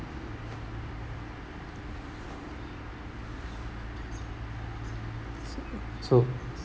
so